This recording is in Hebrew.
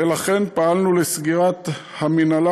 ולכן פעלנו לסגירת המינהלה,